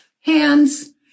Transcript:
Hands